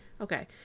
Okay